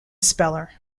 speller